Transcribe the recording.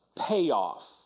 payoff